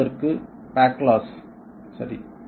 தொடங்குவதற்கு பேக்லாஸ் சரி